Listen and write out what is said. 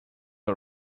all